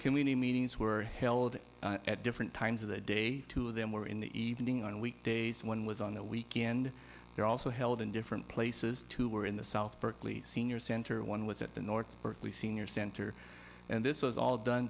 community meetings were held at different times of the day two of them were in the evening on weekdays one was on the weekend they're also held in different places two were in the south berkeley senior center one was at the north berkeley senior center and this was all done